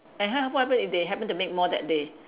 and ha~ what happen if they happen to make more that day